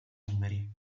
numeri